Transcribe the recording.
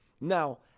Now